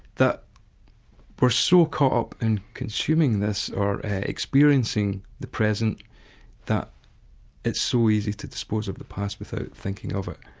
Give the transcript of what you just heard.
that we're so caught up in consuming this or experiencing the present that it's so easy to dispose of the past without thinking of it,